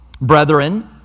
brethren